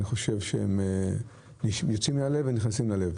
הם יוצאים מן הלב ונכנסים ללב.